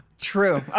True